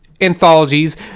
anthologies